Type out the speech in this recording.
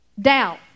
Doubt